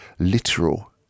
literal